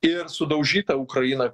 ir sudaužyta ukraina